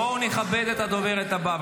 בואו נכבד את הדוברת הבאה.